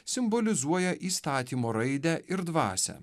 simbolizuoja įstatymo raidę ir dvasią